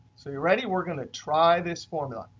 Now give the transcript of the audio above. so are you ready? we're going to try this formula.